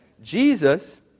Jesus